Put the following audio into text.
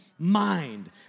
Mind